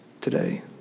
today